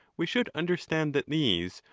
we should understand that these,